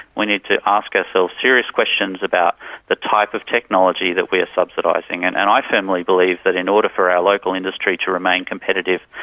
we need to ask ourselves serious questions about the type of technology that we are subsidising. and and i firmly believe that in order for our local industry to remain competitive,